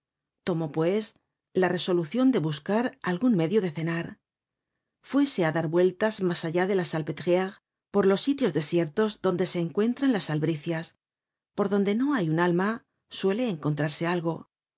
tomó pues la resolucion de buscar algun medio de cenar fuése á dar vueltas mas allá de la salpetriere por los sitios desiertos donde se encuentran las albricias por donde no hay un alma suele encontrarse algo